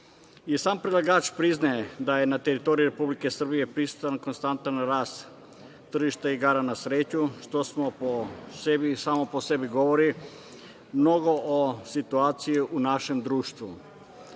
predlagač priznaje da je na teritoriji Republike Srbije prisutan konstantan rast tržišta igara na sreću, što samo po sebi govori mnogo o situaciji u našem društvu.